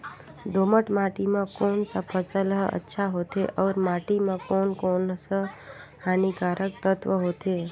दोमट माटी मां कोन सा फसल ह अच्छा होथे अउर माटी म कोन कोन स हानिकारक तत्व होथे?